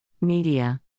Media